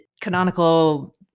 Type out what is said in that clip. canonical